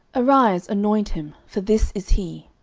arise, anoint him for this is he.